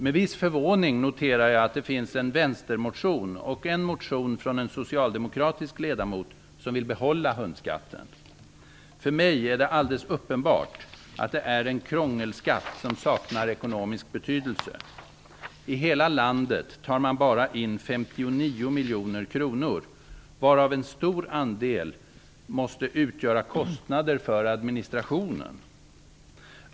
Med viss förvåning noterar jag att det finns en vänstermotion och en motion från en socialdemokratisk ledamot som vill behålla hundskatten. För mig är det alldeles uppenbart att det är en krångelskatt som saknar ekonomisk betydelse. I hela landet tar man bara in 59 miljoner kronor, varav en stor andel måste utgöra kostnader för administrationen.